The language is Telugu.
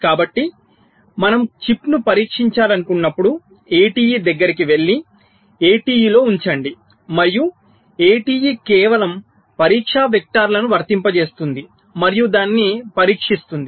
కాబట్టి మనము చిప్ను పరీక్షించాలనుకున్నప్పుడు ATE దగ్గరకు వెళ్లి ATE లో ఉంచండి మరియు ATE కేవలం పరీక్ష వెక్టర్లను వర్తింపజేస్తుంది మరియు దానిని పరీక్షిస్తుంది